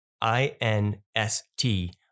I-N-S-T